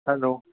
hello